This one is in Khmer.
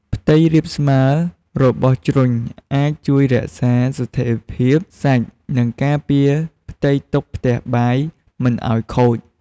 ផ្ទៃរាបស្មើរបស់ជ្រុញអាចជួយរក្សាស្ថេរភាពសាច់ និងការពារផ្ទៃតុផ្ទះបាយមិនឲ្យខូច។